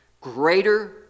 greater